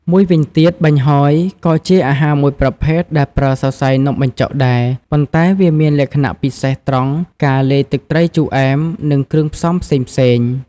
មួយវិញទៀតបាញ់ហ៊យ ក៏ជាអាហារមួយប្រភេទដែលប្រើសរសៃនំបញ្ចុកដែរ ប៉ុន្តែវាមានលក្ខណៈពិសេសត្រង់ការលាយទឹកត្រីជូរអែម និងគ្រឿងផ្សំផ្សេងៗ។